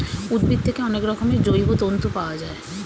উদ্ভিদ থেকে অনেক রকমের জৈব তন্তু পাওয়া যায়